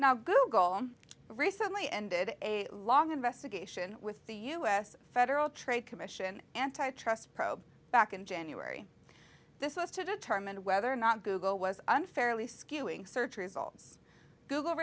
now google recently ended a long investigation with the us federal trade commission antitrust probe back in january this was to determine whether or not google was unfairly skewing search results google